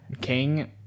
King